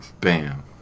Bam